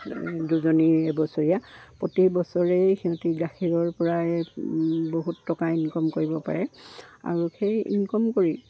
দুজনী এবছৰীয়া প্ৰতি বছৰেই সিহঁতি গাখীৰৰ পৰাই বহুত টকা ইনকাম কৰিব পাৰে আৰু সেই ইনকাম কৰি